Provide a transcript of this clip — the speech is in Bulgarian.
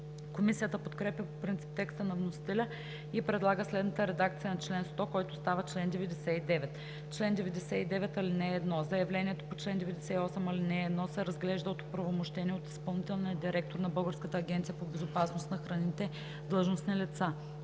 Комисията подкрепя по принцип текста на вносителя и предлага следната редакция на чл. 100, който става чл. 99: „Чл. 99. (1) Заявлението по чл. 98, ал. 1 се разглежда от оправомощени от изпълнителния директор на Българската агенция по безопасност на храните длъжностни лица.